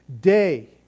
day